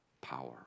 power